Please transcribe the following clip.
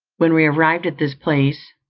when we arrived at this place,